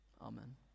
Amen